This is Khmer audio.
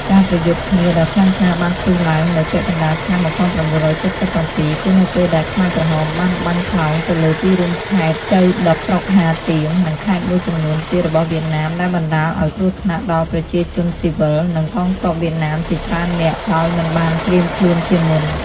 ការប្រយុទ្ធគ្នាដ៏ខ្លាំងក្លាបានផ្ទុះឡើងនៅ ពាក់កណ្តាលឆ្នាំ១៩៧៧ គឺនៅពេលដែលខ្មែរក្រហម បានបាញ់ផ្លោងទៅលើទីរួមខេត្តចូវដុក ស្រុកហាទៀង និងខេត្តមួយចំនួនទៀតរបស់វៀតណាមដែលបណ្តាល ឱ្យគ្រោះថ្នាក់ដល់ប្រជាជនស៊ីវិល និងកងទ័ពវៀតណាមជាច្រើននាក់ដោយមិនបានត្រៀមខ្លួនជាមុន។